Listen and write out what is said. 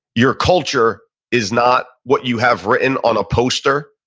your culture is not what you have written on a poster,